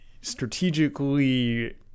strategically